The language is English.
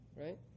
Right